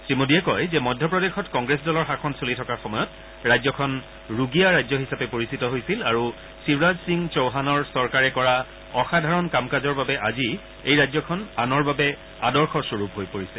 শ্ৰী মোদীয়ে কয় যে মধ্য প্ৰদেশত কংগ্ৰেছ দলৰ শাসন চলি থকা সময়ত ৰাজ্যখন ৰুগীয়া ৰাজ্য হিচাপে পৰিচিত হৈছিল আৰু শিৱৰাজ সিং চৌহানৰ চৰকাৰে কৰা অসাধাৰণ কাম কাজৰ বাবে আজি এই ৰাজ্যখন আনৰ বাবে আদৰ্শ স্বৰূপ হৈ পৰিছে